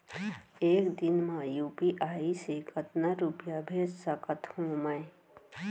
एक दिन म यू.पी.आई से कतना रुपिया भेज सकत हो मैं?